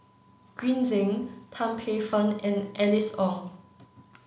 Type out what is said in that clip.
Green Zeng Tan Paey Fern and Alice Ong